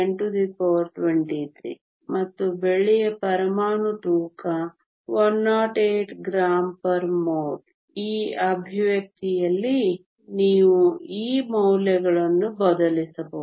023 x 1023 ಮತ್ತು ಬೆಳ್ಳಿಯ ಪರಮಾಣು ತೂಕ 108 g mol 1ಈ ಎಕ್ಸ್ಪ್ರೆಶನ್ಯಲ್ಲಿ ನೀವು ಈ ಮೌಲ್ಯಗಳನ್ನು ಬದಲಿಸಬಹುದು